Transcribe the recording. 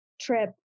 trip